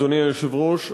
אדוני היושב-ראש,